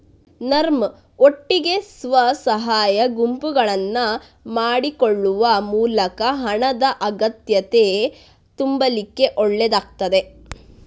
ನರ್ಮ್ ಒಟ್ಟಿಗೆ ಸ್ವ ಸಹಾಯ ಗುಂಪುಗಳನ್ನ ಮಾಡಿಕೊಳ್ಳುವ ಮೂಲಕ ಹಣದ ಅಗತ್ಯತೆ ತುಂಬಲಿಕ್ಕೆ ಒಳ್ಳೇದಾಗ್ತದೆ